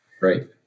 Right